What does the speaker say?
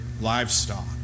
livestock